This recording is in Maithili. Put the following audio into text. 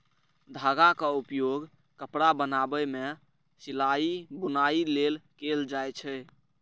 धागाक उपयोग कपड़ा बनाबै मे सिलाइ, बुनाइ लेल कैल जाए छै